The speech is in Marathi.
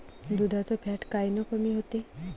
दुधाचं फॅट कायनं कमी होते?